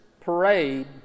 parade